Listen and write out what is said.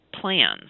plans